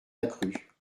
accrue